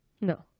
no